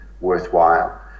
worthwhile